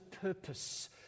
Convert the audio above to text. purpose